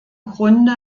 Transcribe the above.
grunde